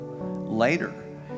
later